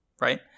Right